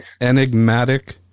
enigmatic